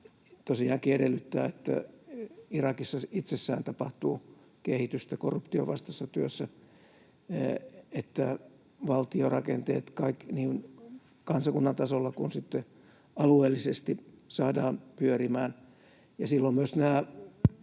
tosiaankin edellyttää, että Irakissa itsessään tapahtuu kehitystä korruption vastaisessa työssä, niin että valtiorakenteet niin kansakunnan tasolla kuin sitten alueellisestikin saadaan pyörimään. Silloin myös nämä